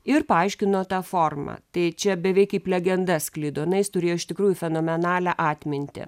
ir paaiškino tą formą tai čia beveik kaip legenda sklido na jis turėjo iš tikrųjų fenomenalią atmintį